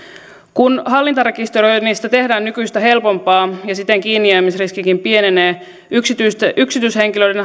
kun hallintarekisteröinnistä tehdään nykyistä helpompaa ja siten kiinnijäämisriskikin pienenee yksityishenkilöiden